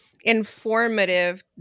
informative